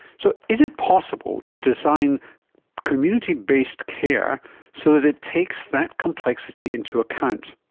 so is it possible to design community-based care so that it takes that complexity into account?